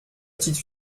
petite